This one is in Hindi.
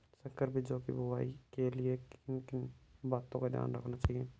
संकर बीजों की बुआई के लिए किन किन बातों का ध्यान रखना चाहिए?